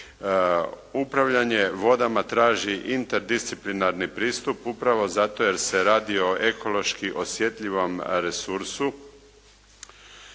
Upravljanje vodama traži interdisciplinarni pristup upravo zato jer se radi o ekološki osjetljivom resursu